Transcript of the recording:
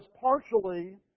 partially